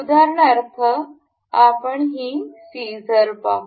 उदाहरणार्थ आपण ही सिजर कात्री पाहू